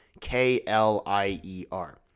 K-L-I-E-R